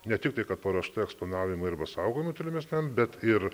ne tiktai kad paruošta eksponavimui arba saugojimui tolimesniam bet ir